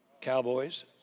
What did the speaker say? Cowboys